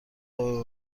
قوه